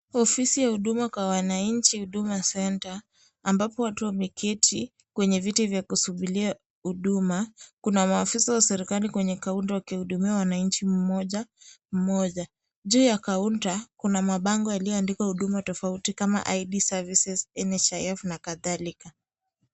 Ofisi ya huduma kwa wananchi; Huduma Center, ambapo watu wameketi kwenye viti vya kusubiria huduma. Kuna maafisa wa serikali kwenye kaunta wakihudumia wananchi mmoja, mmoja. Juu ya kaunta, kuna mabango yaliandikwa huduma tofauti kama ID Services, NHIF na kadhalika.